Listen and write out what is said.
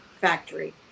factory